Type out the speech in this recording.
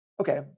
okay